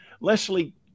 leslie